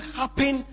happen